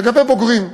לגבי בוגרים.